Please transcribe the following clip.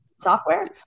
software